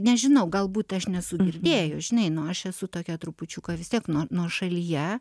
nežinau galbūt aš nesu girdėjus žinai nu aš esu tokia trupučiuką vis tiek nuo nuošalyje